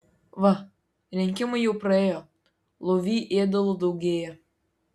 va rinkimai jau praėjo lovy ėdalo daugėja